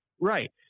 Right